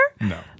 No